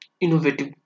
innovative